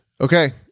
Okay